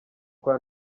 kwa